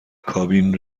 کابین